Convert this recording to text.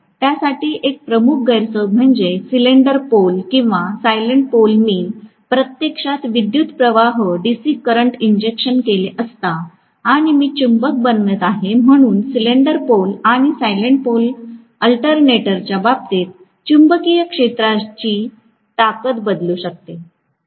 त्यातील एक प्रमुख गैरसोय म्हणजे सिलेंडर पोल किंवा सालिएंट पोल मी प्रत्यक्षात विद्युतप्रवाह डीसी करंट इंजेक्शन केले असता आणि मी चुंबक बनवित आहे म्हणून सिलेंडर पोल आणि सालिएंट पोल अल्टरनेटरच्या बाबतीत चुंबकीय क्षेत्रांची ताकद बदलू शकते